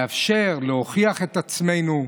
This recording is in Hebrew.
לאפשר להוכיח את עצמנו,